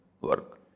work